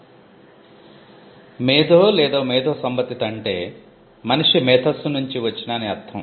'మేధో' లేదా 'మేధో సంబంధిత' అంటే మనిషి మేధస్సు నుంచి వచ్చిన అని అర్ధం